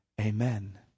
Amen